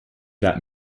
that